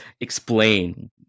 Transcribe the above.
explain